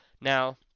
now